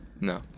No